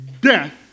death